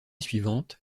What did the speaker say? suivante